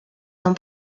dans